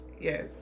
yes